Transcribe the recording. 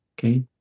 Okay